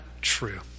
true